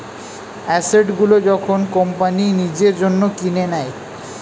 asset গুলো যখন company নিজের জন্য কিনে নেয়